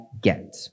get